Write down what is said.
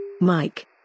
Mike